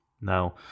Now